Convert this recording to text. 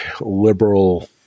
liberal